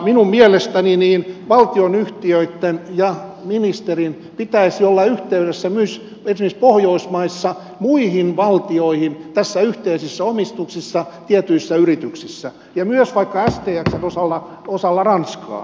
minun mielestäni valtioyhtiöitten ja ministerin pitäisi olla yhteydessä myös esimerkiksi pohjoismaissa muihin valtioihin tässä yhteisessä omistuksessa tietyissä yrityksissä ja myös vaikka stxn osalta ranskaan